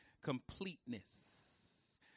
Completeness